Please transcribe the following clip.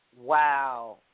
Wow